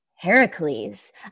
Heracles